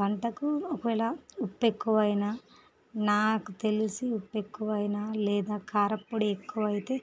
వంటకు ఒకవేళ ఉప్పు ఎక్కువ అయిన నాకు తెలిసి ఉప్పు ఎక్కువ అయిన లేదా కారంపొడి ఎక్కువ అయితే